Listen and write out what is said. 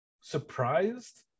surprised